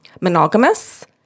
monogamous